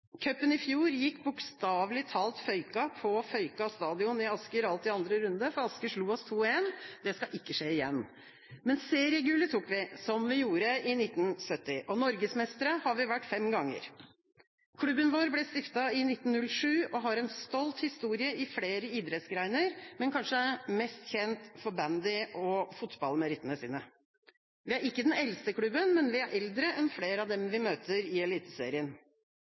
Cupen i fjor gikk bokstavelig talt føyka på Føyka stadion i Asker alt i andre runde, for Asker slo oss 2–1. Det skal ikke skje igjen. Men seriegullet tok vi, som vi gjorde i 1970, og norgesmestere har vi vært fem ganger. Klubben vår ble stiftet i 1907 og har en stolt historie i flere idrettsgrener, men er kanskje mest kjent for bandy- og fotballmerittene sine. Vi er ikke den eldste klubben, men vi er eldre enn flere av dem vi møter i eliteserien.